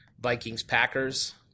Vikings-Packers